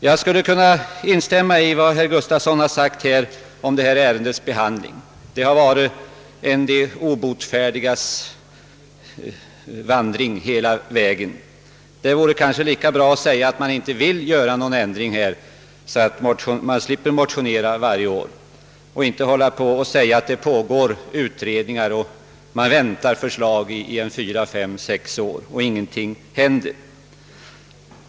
Jag kan instämma i vad herr Gustavsson i Alvesta sagt om ärendets behandling: det har hela tiden varit fråga om de obotfärdigas förhinder. Det vore kanske lika bra att man sade ifrån att man inte vill göra någon ändring härvidlag, så att det inte behövde väckas motioner varje år. Nu hänvisas endast till pågående utredningar — man har ju väntat på förslag i fyra, fem eller sex år.